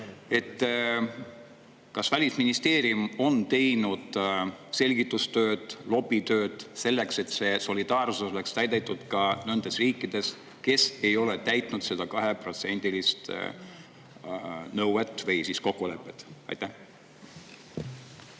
ka. Kas Välisministeerium on teinud selgitustööd, lobitööd selleks, et see solidaarsus oleks täidetud ka nendes riikides, kes ei ole täitnud seda 2% nõuet või siis kokkulepet? Aitäh,